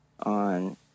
on